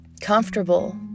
comfortable